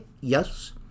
Yes